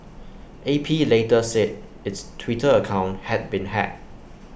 A P later said its Twitter account had been hacked